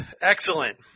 Excellent